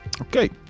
okay